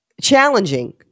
Challenging